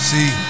See